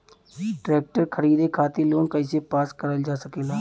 Tractor खरीदे खातीर loan कइसे पास करल जा सकेला?